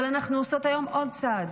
אבל אנחנו עושות היום עוד צעד,